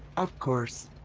of course!